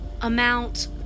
amount